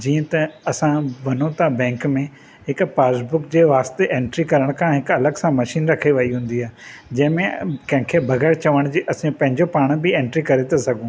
जीअं त असां वञूं था बैंक में हिकु पासबुक जे वास्ते एंट्री कराइणु काण हिकु अलॻि सां मशीन रखी वई हूंदी आ जंहिं में कंहिंखे बगै़रु चवणु जे असां पंहिंजो पाण ॿि एंट्री करे था सघूं